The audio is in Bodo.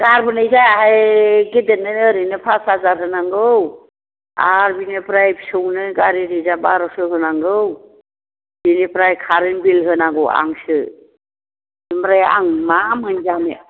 गारबोनाय जायाहाय गेदेरनो ओरैनो फास हाजार होनांगौ आरो बिनिफ्राय फिसौनो गारि रिजार्भ बार'स' होनांगौ बेनिफ्राय कारेन्ट बिल होनांगौ आंसो ओमफ्राय आं मा मोनजानो